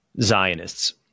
Zionists